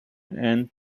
and